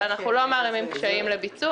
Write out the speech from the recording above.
אנחנו לא מערימים קשיים על הביצוע.